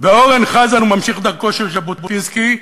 ואורן חזן הוא ממשיך דרכו של ז'בוטינסקי,